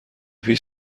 پیش